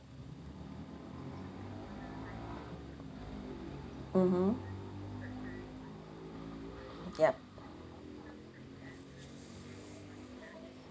mmhmm yup